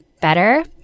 better